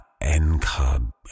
N-cub